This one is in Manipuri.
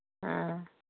ꯑꯥ